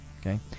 Okay